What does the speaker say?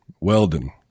weldon